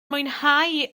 mwynhau